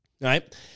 right